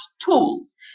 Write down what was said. tools